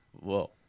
Whoa